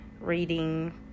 reading